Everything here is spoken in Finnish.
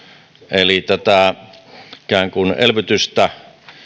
eli tätä ikään kuin elvytystä